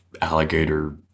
alligator